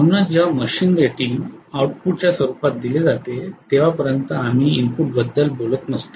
म्हणूनच जेव्हा machine rating आउटपुटच्या स्वरूपात दिले जाते तेव्हापर्यंत आम्ही इनपुटबद्दल बोलत नसतो